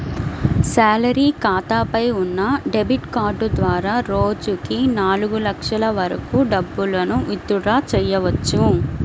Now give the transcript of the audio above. salary ఖాతాపై ఉన్న debit card ద్వారా రోజుకి నాలుగు లక్షల వరకు డబ్బులను విత్ డ్రా చెయ్యవచ్చు